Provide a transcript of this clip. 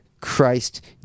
Christ